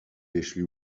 jeśli